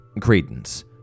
Credence